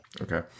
Okay